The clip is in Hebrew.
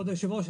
כבוד היושב ראש,